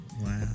wow